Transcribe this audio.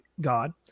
God